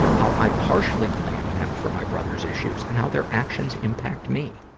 how i partially blame them for my brother's issues, and how their actions impact me.